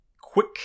quick